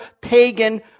pagan